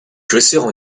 chaussures